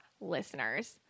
listeners